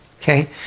okay